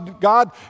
God